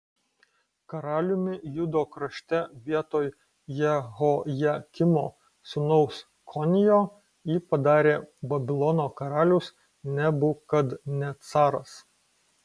karaliumi judo krašte vietoj jehojakimo sūnaus konijo jį padarė babilono karalius nebukadnecaras